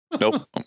Nope